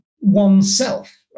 oneself